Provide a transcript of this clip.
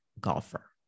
golfer